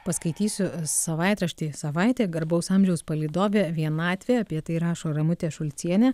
paskaitysiu savaitraštį savaitė garbaus amžiaus palydovė vienatvė apie tai rašo ramutė šulcienė